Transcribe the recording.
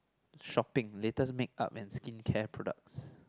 shopping latest makeup and skincare products